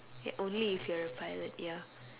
ya only if you're a pilot ya